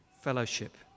fellowship